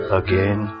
again